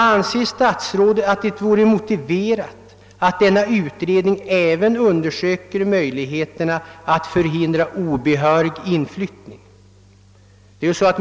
Anser statsrådet att det vore motiverat att denna utredning även undersöker möjligheterna att förhindra obehörig inflyttning?